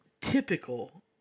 typical